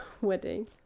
wedding